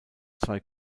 zwei